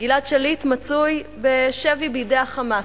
גלעד שליט מצוי בשבי בידי ה"חמאס",